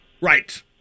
Right